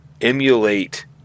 emulate